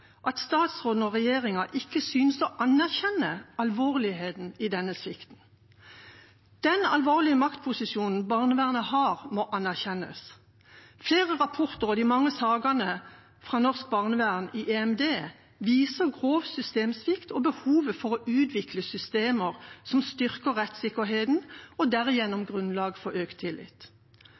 at statsråden og regjeringa ikke synes å anerkjenne alvorligheten i denne svikten. Den alvorlige maktposisjonen barnevernet har, må anerkjennes. Flere rapporter og de mange sakene fra norsk barnevern i EMD, viser grov systemsvikt og behovet for å utvikle systemer som styrker rettssikkerheten og derigjennom grunnlag for økt tillit.